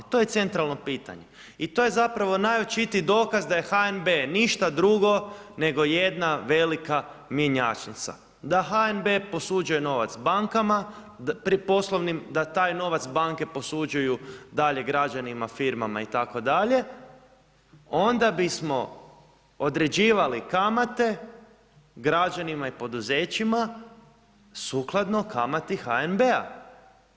To je centralno pitanje i to je zapravo najočitiji dokaz da je HNB ništa drugo nego jedna velika mjenjačnica, da HNB posuđuje novac poslovnim bankama, da taj novac banke posuđuju dalje građanima, firmama itd. onda bismo određivali kamate građanima i poduzećima sukladno kamati HNB-a.